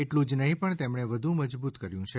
એટલું જ નહી પણ તેને વધુ મજબુત કર્યું છે